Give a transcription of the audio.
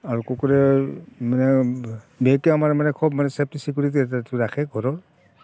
আৰু কুকুৰে মানে বিশেষকৈ আমাৰ মানে খুব ছে'ফটি ছিকিউৰিটি এটা ৰাখে ঘৰৰ